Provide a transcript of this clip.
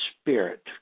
spirit